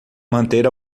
manter